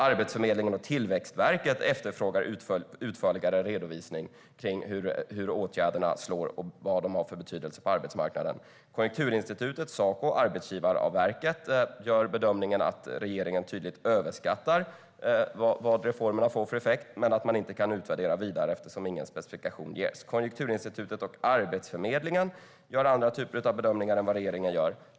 Arbetsförmedlingen och Tillväxtverket efterfrågar en utförligare redovisning av hur åtgärderna slår och vad de har för betydelse på arbetsmarknaden. Konjunkturinstitutet, Saco och Arbetsgivarverket gör bedömningen att regeringen tydligt överskattar vad reformerna får för effekt men att man inte kan utvärdera vidare eftersom ingen specifikation ges. Konjunkturinstitutet och Arbetsförmedlingen gör andra typer av bedömningar än regeringen gör.